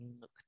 Look